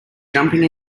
jumping